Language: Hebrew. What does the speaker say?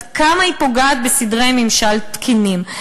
עד כמה היא פוגעת בסדרי ממשל תקינים,